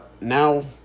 now